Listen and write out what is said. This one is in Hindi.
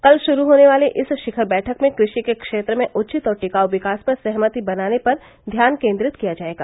कल शुरू होने वाली इस शिखर बैठक में कृषि के क्षेत्र में उचित और टिकाऊ विकास पर सहमति बनाने पर ध्यान केन्द्रित किया जायेगा